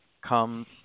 comes